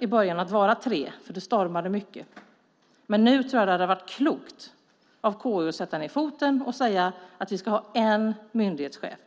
i början att man var tre, för det stormade mycket, men nu hade det varit klokt av KU att sätta ned foten och säga att vi ska ha en myndighetschef.